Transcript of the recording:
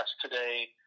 today